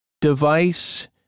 device